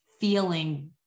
feeling